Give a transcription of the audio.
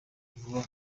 vuba